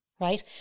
right